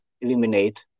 eliminate